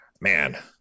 man